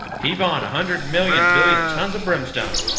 heave on a hundred million billion tons of brimstone!